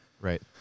Right